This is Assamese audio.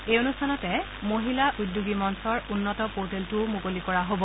এই অনুষ্ঠানতে মহিলা উদ্যোগী মঞ্চৰ উন্নত পৰ্টেলটোও মুকলি কৰা হব